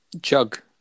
Jug